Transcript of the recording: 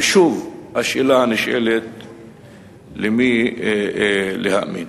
ושוב השאלה הנשאלת היא, למי להאמין.